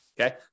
okay